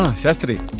ah shastry,